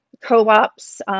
co-ops